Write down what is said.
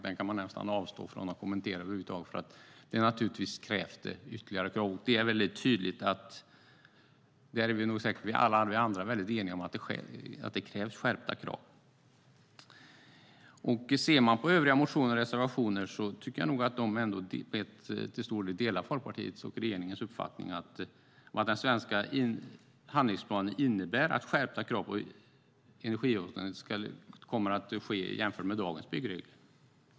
Den kan man nästan avstå från att kommentera över huvud taget, för naturligtvis krävs det ytterligare skärpningar. Vi andra är säkert väldigt eniga om att det krävs skärpta krav. Ser man på övriga motioner och reservationer tycker jag att de till stor del delar Folkpartiets och regeringens uppfattning att den svenska handlingsplanen innebär skärpta krav på energihushållning jämfört med dagens byggregler.